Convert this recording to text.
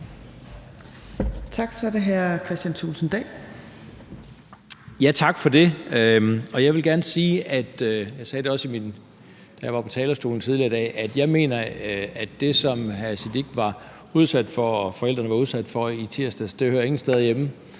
Dahl. Kl. 22:47 Kristian Thulesen Dahl (DF): Tak for det. Jeg vil gerne sige – og jeg sagde det også, da jeg var på talerstolen tidligere i dag – at jeg mener, at det, som hr. Sikandar Siddique og hans forældre var udsat for i tirsdags, ingen steder